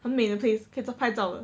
很美的 place 可以做拍照的